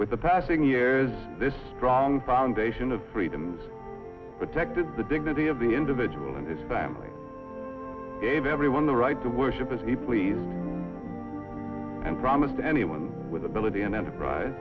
with the passing years this strong foundation of freedoms protected the dignity of the individual and his family gave everyone the right to worship as he pleased and promised anyone with ability and enterprise